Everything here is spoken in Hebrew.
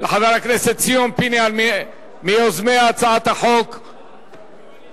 לחבר הכנסת ציון פיניאן מיוזמי הצעת החוק להודות.